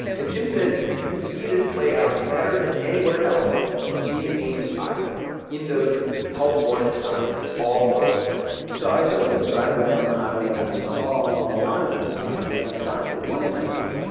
and jim says you can see this play out better than anywhere else in ames, iowa in those help wanted signs all over town so i sort of was driving down the highway, and i saw a lot of these signs. and i stopped at one restaurant,